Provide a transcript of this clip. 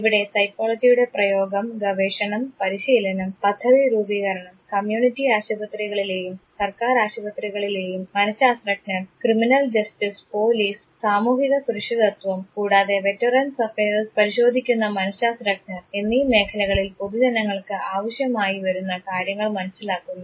ഇവിടെ സൈക്കോളജിയുടെ പ്രയോഗം ഗവേഷണം പരിശീലനം പദ്ധതി രൂപീകരണം കമ്മ്യൂണിറ്റി ആശുപത്രികളിലെയും സർക്കാർ ആശുപത്രികളികളിലെയും മനഃശാസ്ത്രജ്ഞർ ക്രിമിനൽ ജസ്റ്റിസ് പോലീസ് സാമൂഹിക സുരക്ഷിതത്വം കൂടാതെ വെറ്ററൻസ് അഫയേഴ്സ് പരിശോധിക്കുന്ന മനഃശാസ്ത്രജ്ഞർ എന്നീ മേഖലകളിൽ പൊതുജനങ്ങൾക്ക് ആവശ്യമായി വരുന്ന കാര്യങ്ങൾ മനസ്സിലാക്കുന്നു